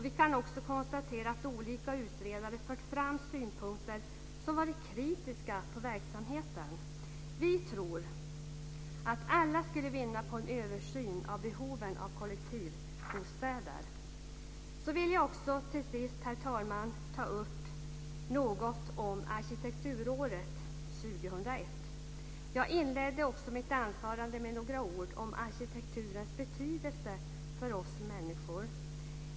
Vi kan också konstatera att olika utredare fört fram synpunkter som varit kritiska till verksamheten. Vi tror att alla skulle vinna på en översyn av behovet av kollektivverkstäder. Herr talman! Till sist vill jag säga något om Arkitekturåret 2001. Jag inledde mitt anförande med några ord om arkitekturens betydelse för oss människor.